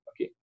okay